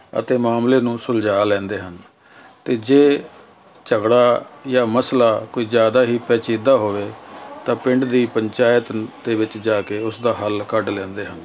ਅਤੇ ਮਾਮਲੇ ਨੂੰ ਸੁਲਝਾ ਲੈਂਦੇ ਹਨ ਅਤੇ ਜੇ ਝਗੜਾ ਜਾਂ ਮਸਲਾ ਕੋਈ ਜ਼ਿਆਦਾ ਹੀ ਪਹਿਚੀਦਾ ਹੋਵੇ ਤਾਂ ਪਿੰਡ ਦੀ ਪੰਚਾਇਤ ਦੇ ਵਿੱਚ ਜਾ ਕੇ ਉਸਦਾ ਹੱਲ ਕੱਢ ਲੈਂਦੇ ਹਾਂ